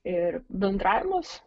ir bendravimas